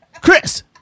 Chris